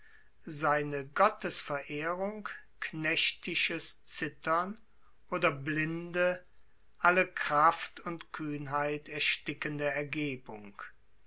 seine gottesverehrung knechtisches zittern oder blinde alle kraft und kühnheit erstickende ergebung